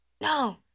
no